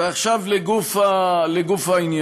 ועכשיו לגוף העניין.